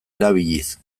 erabiliz